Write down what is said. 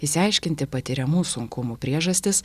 išsiaiškinti patiriamų sunkumų priežastis